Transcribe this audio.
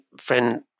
Friend